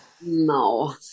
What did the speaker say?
No